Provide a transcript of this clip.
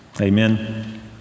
Amen